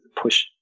push